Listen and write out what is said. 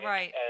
Right